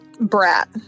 Brat